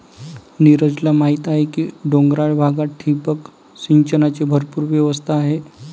नीरजला माहीत आहे की डोंगराळ भागात ठिबक सिंचनाची भरपूर व्यवस्था आहे